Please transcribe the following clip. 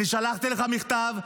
שלחתי לך מכתב,